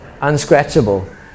unscratchable